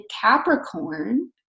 Capricorn